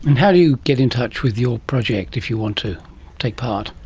and how do you get in touch with your project if you want to take part?